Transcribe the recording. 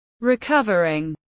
recovering